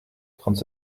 trente